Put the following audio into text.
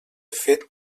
fet